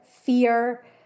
fear